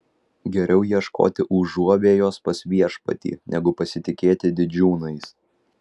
geriau ieškoti užuovėjos pas viešpatį negu pasitikėti didžiūnais